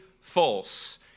false